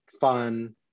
fun